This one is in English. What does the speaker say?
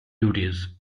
duties